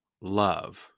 love